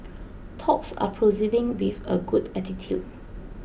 talks are proceeding with a good attitude